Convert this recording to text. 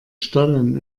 stollen